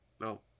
No